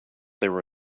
there